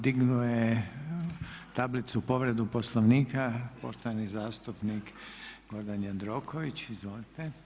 Dignuo je tablicu povrede Poslovnika poštovani zastupnik Gordan Jandroković, izvolite.